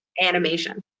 Animation